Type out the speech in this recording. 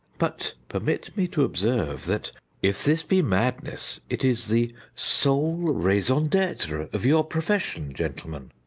but permit me to observe that if this be madness, it is the sole raison d'etre of your profession, gentlemen.